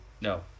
no